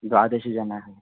द्वादशजनाः